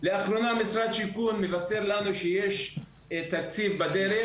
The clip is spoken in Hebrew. לאחרונה משרד השיכון מבשר לנו שיש תקציב בדרך,